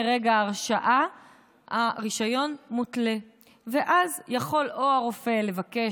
מרגע ההרשעה הרישיון מותלה ואז יכול הרופא לבקש